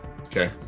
okay